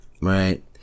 right